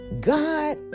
God